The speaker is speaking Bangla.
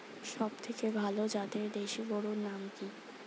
সবথেকে ভালো জাতের দেশি গরুর নাম কি?